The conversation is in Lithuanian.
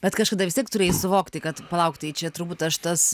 bet kažkada vis tiek turėjai suvokti kad palauk tai čia turbūt aš tas